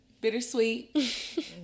Bittersweet